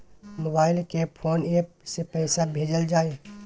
Mobile के कोन app से पैसा भेजल जाए?